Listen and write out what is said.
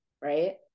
right